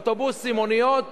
אוטובוסים, מוניות,